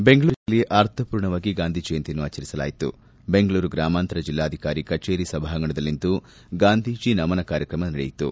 ಬೆಂಗಳೂರು ಗ್ರಾಮಾಂತರ ಜಿಲ್ಲೆಯಲ್ಲಿ ಅರ್ಥಪೂರ್ಣವಾಗಿ ಗಾಂಧಿ ಜಯಂತಿ ಆಚರಿಸಲಾಯಿತು ಬೆಂಗಳೂರು ಗ್ರಾಮಾಂತರ ಜಿಲ್ಲಾಧಿಕಾರಿ ಕಚೇರಿ ಸಭಾಂಗಣದಲ್ಲಿಂದು ಗಾಂಧೀಜಿ ನಮನ ಕಾರ್ಯಕ್ರಮ ನಡೆಯಿತು